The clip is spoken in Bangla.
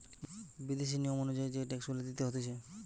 বিদেশি নিয়ম অনুযায়ী যেই ট্যাক্স গুলা দিতে হতিছে